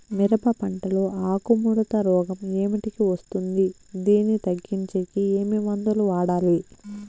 మిరప పంట లో ఆకు ముడత రోగం ఏమిటికి వస్తుంది, దీన్ని తగ్గించేకి ఏమి మందులు వాడాలి?